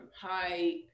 height